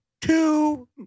two